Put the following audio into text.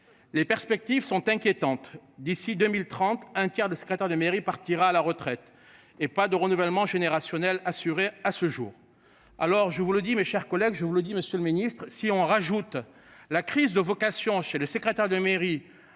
Les perspectives sont inquiétantes. D'ici 2030, un quart de secrétaire de mairie partira à la retraite et pas de renouvellement générationnel assuré à ce jour. Alors je vous le dis, mes chers collègues, je vous le dis, Monsieur le Ministre, si on rajoute la crise de vocation chez le secrétaire de mairie